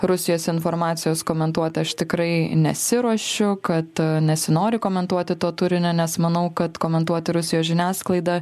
rusijos informacijos komentuoti aš tikrai nesiruošiu kad nesinori komentuoti to turinio nes manau kad komentuoti rusijos žiniasklaidą